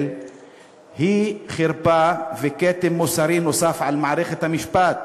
היא חרפה וכתם מוסרי נוסף על מערכת המשפט.